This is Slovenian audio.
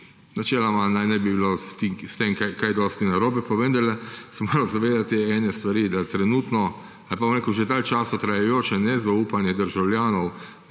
Načeloma naj ne bi bilo s tem kaj dosti narobe, pa vendarle se moramo zavedati ene stvari, da trenutno ali pa že dalj časa trajajoče nezaupanje državljanov